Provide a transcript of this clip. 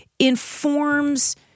informs